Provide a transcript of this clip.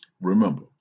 remember